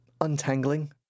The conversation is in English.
untangling